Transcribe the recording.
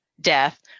death